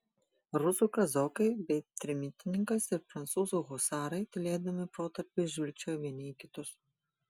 rusų kazokai bei trimitininkas ir prancūzų husarai tylėdami protarpiais žvilgčiojo vieni į kitus